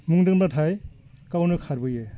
मुं दोनबाथाय गावनो खारबोयो